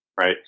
right